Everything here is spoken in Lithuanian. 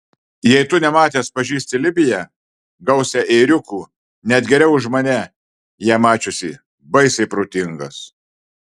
jei tu nematęs pažįsti libiją gausią ėriukų net geriau už mane ją mačiusį baisiai protingas